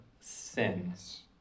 sins